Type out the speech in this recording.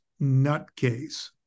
nutcase